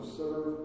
serve